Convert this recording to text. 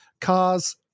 cars